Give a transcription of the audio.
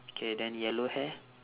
K then yellow hair